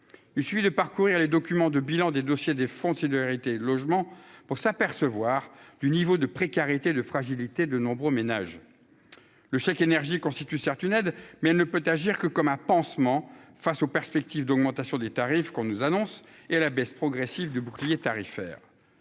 il suffit de parcourir les documents de bilan des dossiers des fonds vérité logement pour s'apercevoir du niveau de précarité, de fragilité, de nombreux ménages le chèque énergie constitue certes une aide mais elle ne peut agir que comme un pansement face aux perspectives d'augmentation des tarifs qu'on nous annonce et la baisse progressive du bouclier tarifaire,